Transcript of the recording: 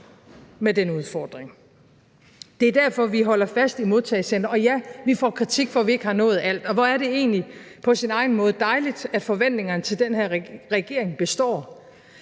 med den udfordring. Det er derfor, vi holder fast i modtagecentre, og ja, vi får kritik for, at vi ikke har nået alt, og hvor er det egentlig på sin egen måde dejligt, at forventningerne til den her regering består.